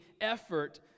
effort